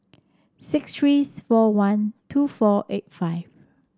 six three four one two four eight five